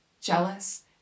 jealous